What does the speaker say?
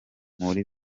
muli